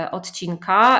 odcinka